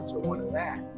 so or one of that.